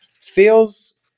feels